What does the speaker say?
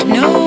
no